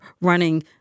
running